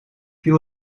viel